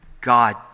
God